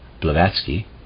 Blavatsky